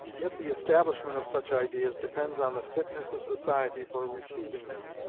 yet the establishment of such ideas depends on the fitness of society for receiving them.